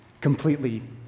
completely